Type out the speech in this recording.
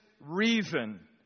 reason